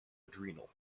adrenal